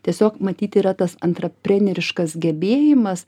tiesiog matyt yra tas antrapreneriškas gebėjimas